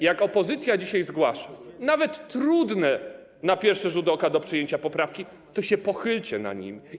Jak opozycja dzisiaj zgłasza nawet trudne na pierwszy rzut oka do przyjęcia poprawki, to pochylcie się nad nimi.